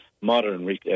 modern